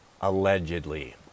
allegedly